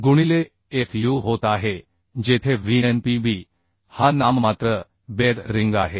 गुणिले fu होत आहे जेथे Vnpb हा नाममात्र बेअरिंग आहे